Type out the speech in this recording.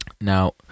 now